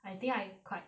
I think I quite